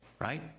Right